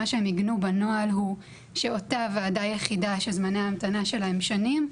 מה שהם עיגנו בנוהל הוא שאותה ועדה יחידה שזמני ההמתנה שלה הם שנים,